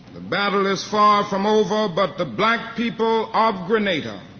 the battle is far from over, but the black people of grenada